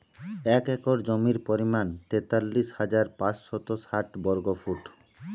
এক একর জমির পরিমাণ তেতাল্লিশ হাজার পাঁচশত ষাট বর্গফুট